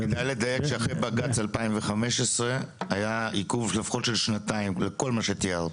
כדאי לדייק שאחרי בג"ץ 2015 היה עיכוב לפחות של שנתיים לכל מה שתיארת.